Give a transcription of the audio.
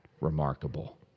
remarkable